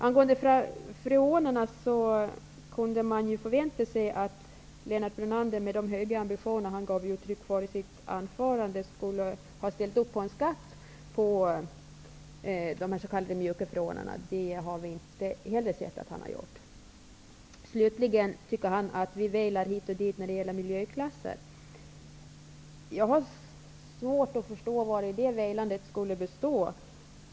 Beträffande freonerna kunde man ju ha förväntat sig att Lennart Brunander, med de höga ambitioner som han gav uttryck för i sitt anförande, skulle ha ställt sig bakom en skatt på de s.k. mjuka freonerna. Det har vi inte heller sett att han har gjort. Slutligen: Lennart Brunander tycker att vi velar när det gäller miljöklasserna. Men jag har svårt att förstå vad det velandet skulle bestå i.